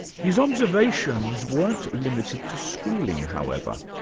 his observations weren't limited to schooling, however,